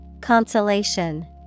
Consolation